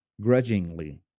grudgingly